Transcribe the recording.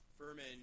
Furman